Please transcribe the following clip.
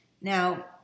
Now